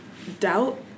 doubt